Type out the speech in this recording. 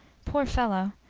poor fellow!